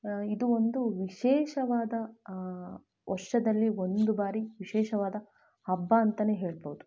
ಇದು ಒಂದು ವಿಶೇಷವಾದ ವರ್ಷದಲ್ಲಿ ಒಂದು ಬಾರಿ ವಿಶೇಷವಾದ ಹಬ್ಬ ಅಂತನೇ ಹೇಳ್ಬೌದು